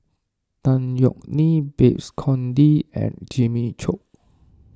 Tan Yeok Nee Babes Conde and Jimmy Chok